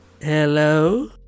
Hello